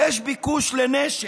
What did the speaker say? יש ביקוש לנשק,